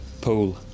Pool